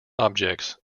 objects